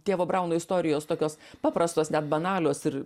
tėvo brauno istorijos tokios paprastos net banalios ir